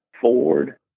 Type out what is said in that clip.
Ford